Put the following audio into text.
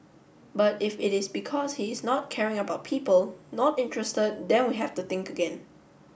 but if it is because he is not caring about people not interested then we have to think again